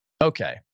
okay